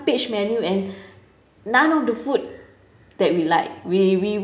page menu and none of the food that we like we we